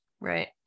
Right